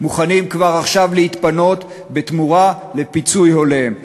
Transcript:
מוכנים כבר עכשיו להתפנות בתמורה לפיצוי הולם.